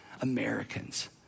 Americans